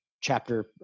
chapter